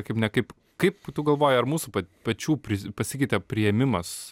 kaip ne kaip kaip tu galvoji ar mūsų pa pačių pri pasikeitė priėmimas